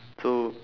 so